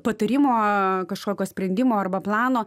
patarimo kažkokio sprendimo arba plano